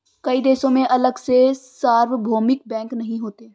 कई देशों में अलग से सार्वभौमिक बैंक नहीं होते